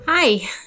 Hi